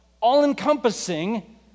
all-encompassing